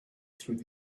through